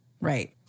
Right